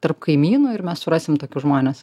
tarp kaimynų ir mes surasim tokius žmones